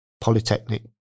polytechnic